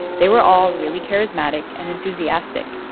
they were all really charismatic and enthusiastic,